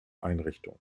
einrichtung